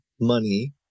money